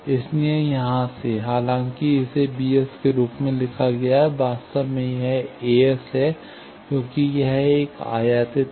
इसलिए यहाँ से हालाँकि इसे bs के रूप में लिखा गया है वास्तव में यह a s है क्योंकि यह एक आयातित है